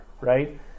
right